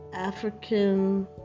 African